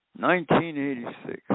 1986